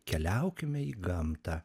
keliaukime į gamtą